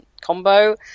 combo